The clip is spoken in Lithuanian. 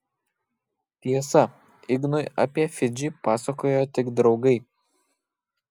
tiesa ignui apie fidžį pasakojo tik draugai